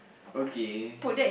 okay